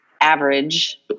average